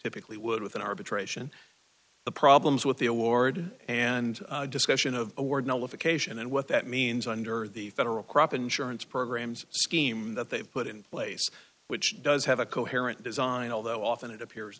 typically would with an arbitration the problems with the award and discussion of award notification and what that means under the federal crop insurance programs scheme that they put in place which does have a coherent design although often it appears